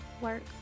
work